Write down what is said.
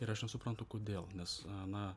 ir aš nesuprantu kodėl nes na